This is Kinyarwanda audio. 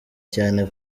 cyane